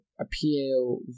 appeal